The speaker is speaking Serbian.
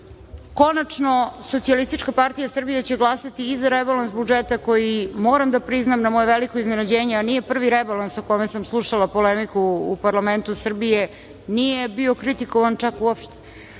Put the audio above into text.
deca od njih zahtevaju. Konačno, SPS će glasati i za rebalans budžeta koji, moram da priznam, na moje veliko iznenađenje, a nije prvi rebalans o kome sam slušala polemiku u parlamentu Srbije, nije bio kritikovan čak uopšte.